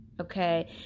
okay